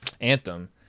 Anthem